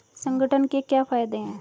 संगठन के क्या फायदें हैं?